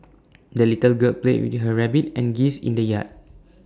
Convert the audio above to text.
the little girl played with her rabbit and geese in the yard